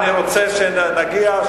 אני רוצה שנגיע,